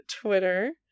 twitter